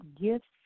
gifts